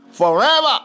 Forever